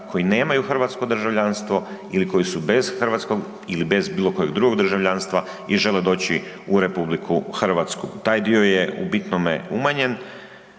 koji nemaju hrvatsko državljanstvo ili koji su bez hrvatskog ili bez bilo kojeg drugog državljanstva i žele doći u RH, taj dio je u bitnome umanjen.